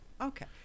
Okay